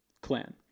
clan